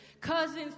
cousins